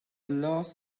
loss